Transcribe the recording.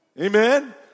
amen